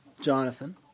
Jonathan